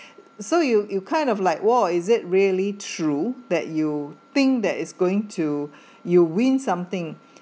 so you you kind of like !wah! is it really true that you think that is going to you win something